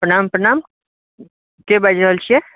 प्रणाम प्रणाम के बाजि रहल छियै